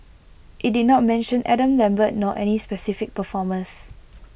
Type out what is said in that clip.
IT did not mention Adam lambert nor any specific performers